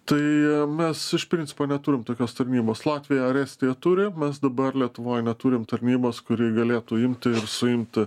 tai mes iš principo neturim tokios tarnybos latvija ar estija turi mes dabar lietuvoj neturim tarnybos kuri galėtų imti ir suimti